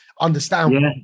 understand